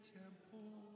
temple